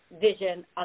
vision